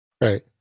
right